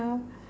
ya